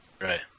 right